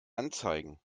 anzeigen